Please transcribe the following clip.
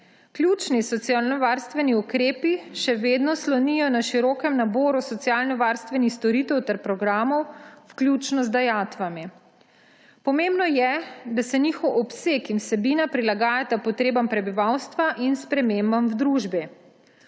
Ključni socialnovarstveni ukrepi še vedno slonijo na širokem naboru socialnovarstvenih storitev ter programov, vključno z dajatvami. Pomembno je, da se njihov obseg in vsebina prilagajata potrebam prebivalstva in spremembam v družbi.